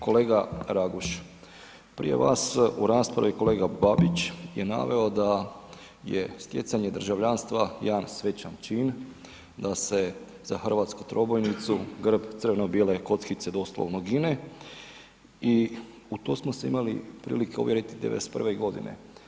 Kolega Raguž, prije vas u raspravi kolega Babić je naveo da je stjecanje državljanstva jedan svečani čin, da se za hrvatsku trobojnicu, grb, crveno bijele kockice doslovno gine i u to smo se imali prilike uvjeriti '91. godine.